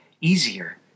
easier